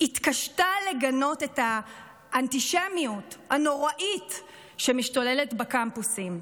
התקשתה לגנות את האנטישמיות הנוראית שמשתוללת בקמפוסים.